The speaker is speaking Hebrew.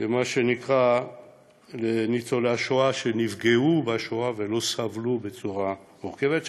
למה שנקרא ניצולי השואה שנפגעו בשואה ולא סבלו בצורה מורכבת,